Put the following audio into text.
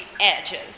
edges